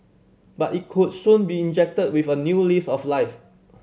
but it could soon be injected with a new lease of life